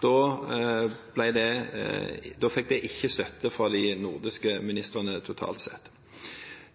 Da fikk det ikke støtte fra de nordiske ministrene totalt sett.